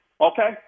Okay